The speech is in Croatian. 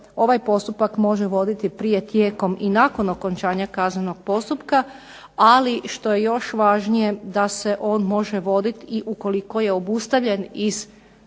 ovaj postupak može voditi prije tijekom i nakon okončanja kaznenog postupka, ali što je još važnije da se on može voditi ukoliko je obustavljen iz